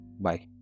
Bye